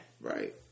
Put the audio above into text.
Right